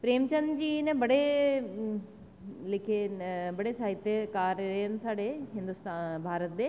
प्रेमचंद जी नेह् बड़े साहित्यकार रेह् न साढ़े भारत दे